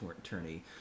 attorney